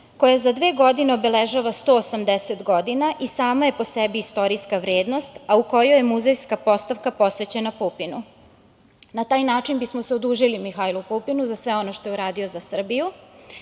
koja za dve godine obeležava 180 godina i sama je po sebi istorijska vrednost, a u kojoj je muzejska postavka posvećena Pupinu. Na taj način bismo se odužili Mihajlu Pupinu za sve ono što je uradio za Srbiji,